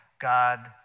God